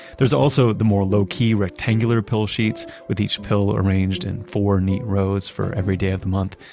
there's also the more low-key rectangular pill sheets with each pill or arranged in four neat rows for every day of the month.